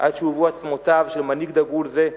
עד שהועברו עצמותיו של מנהיג דגול זה,